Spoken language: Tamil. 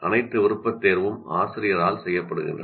அனைத்து விருப்பத் தேர்வும் ஆசிரியரால் செய்யப்படுகின்றன